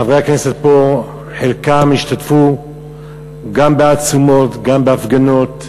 חלק מחברי הכנסת פה השתתפו גם בעצומות וגם בהפגנות,